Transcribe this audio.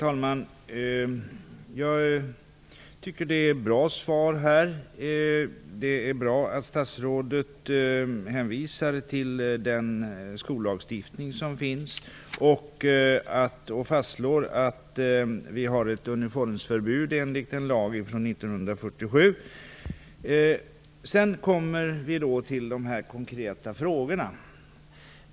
Fru talman! Det är ett bra svar jag har fått. Det är bra att statsrådet hänvisar till den skollagstiftning som finns och fastslår att vi enligt en lag från 1947 har ett uniformsförbud. Sedan kommer vi till de konkreta frågorna.